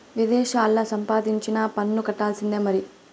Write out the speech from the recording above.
విదేశాల్లా సంపాదించినా పన్ను కట్టాల్సిందే మరి